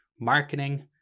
marketing